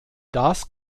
das